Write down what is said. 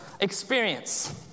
experience